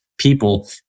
people